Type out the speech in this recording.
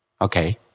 Okay